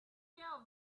care